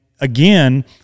again